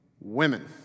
women